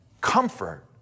comfort